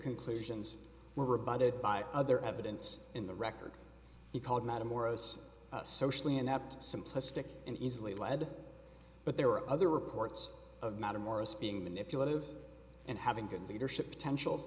conclusions were rebutted by other evidence in the record he called metamorphose socially inept simplistic and easily led but there were other reports of matter morris being manipulative and having good leadership potential